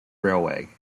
railway